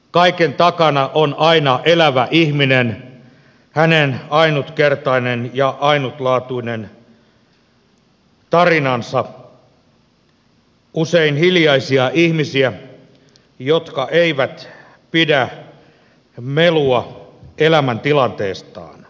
kaiken takana on aina elävä ihminen hänen ainutkertainen ja ainutlaatuinen tarinansa usein hiljaisia ihmisiä jotka eivät pidä melua elämäntilanteestaan